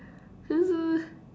uh